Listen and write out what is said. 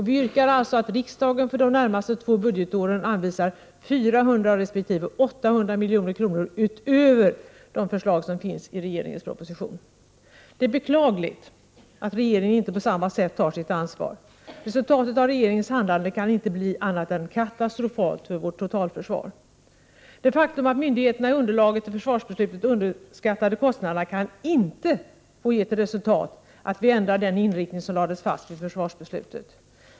Vi yrkar alltså att riksdagen för de närmaste två budgetåren anvisar 400 resp. 800 milj.kr. utöver vad som föreslås i propositionen. Det är beklagligt att regeringen inte på samma sätt tar sitt ansvar. Resultatet av regeringens handlande kan inte bli annat än katastrofalt för vårt totalförsvar. Det faktum att myndigheterna i underlaget till försvarsbeslutet underskattade kostnaderna kan inte få ge till resultat att vi ändrar den inriktning som lades fast vid försvarsbeslutet.